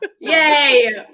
Yay